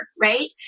right